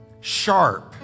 sharp